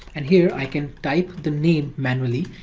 and here i can type the name manually,